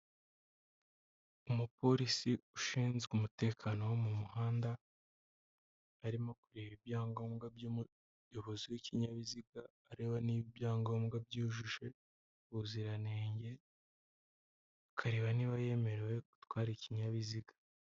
Umupolisi ushinzwe umutekano wo mu muhanda arimo kureba ibyangombwa by'umuyobozi w'ikinyabiziga, areba niba ibyangombwa byujuje ubuziranenge, akareba niba yemerewe gutwara ikinyabiziga.